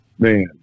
Man